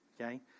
okay